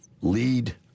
lead